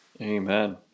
Amen